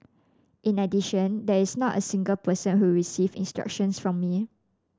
in addition there is not a single person who received instructions from me